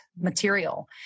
material